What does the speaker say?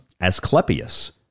Asclepius